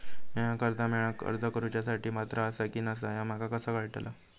म्या कर्जा मेळाक अर्ज करुच्या साठी पात्र आसा की नसा ह्या माका कसा कळतल?